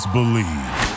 Believe